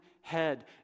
head